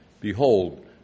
Behold